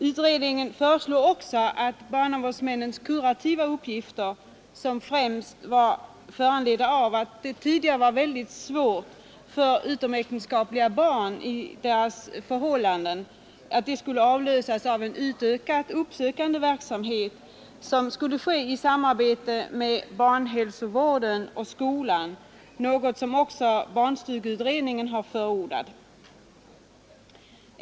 Utredningen föreslog också att barnavårdsmännens kurativa uppgifter, som främst var föranledda av att det tidigare var väldigt svåra förhållanden för utomäktenskapliga barn, skulle avlösas av en utökad uppsökande verksamhet i samarbete med barnhälsovården och skolan, något som också barnstugeutredningen har förordat.